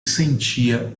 sentia